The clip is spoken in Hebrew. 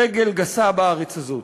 ברגל גסה, בארץ הזאת.